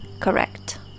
correct